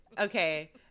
okay